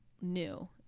new